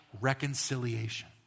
reconciliation